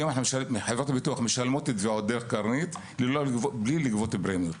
היום חברות הביטוח משלמות תביעות דרך קרנית בלי לגבות פרמיות.